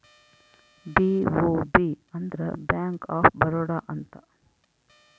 BOB ಅಂದ್ರ bank of Baroda ಅಂತ